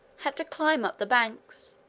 had to climb up the banks,